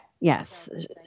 yes